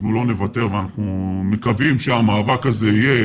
אנחנו לא נוותר ואנחנו מקווים שהמאבק הזה יהיה